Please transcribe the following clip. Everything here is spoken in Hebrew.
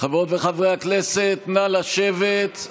הכנסת, נא לשבת.